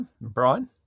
Brian